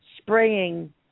spraying